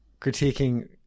critiquing